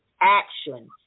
action